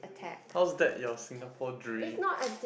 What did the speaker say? how is that your Singapore dream